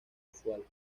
usual